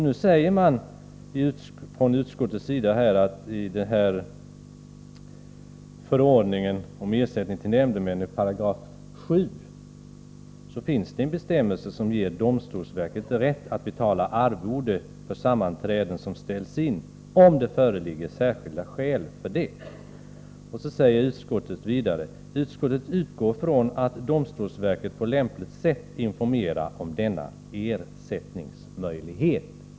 Nu säger utskottet att det i 7 § i förordningen om ersättningstill bl.a. nämndemän finns en bestämmelse som ger domstolsverket rätt att betala arvode för sammanträde som ställs in, om det föreligger särskilda skäl för det. Utskottet utgår också från att ”domstolsverket på lämpligt sätt informerar om denna ersättningsmöjlighet”.